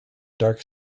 dark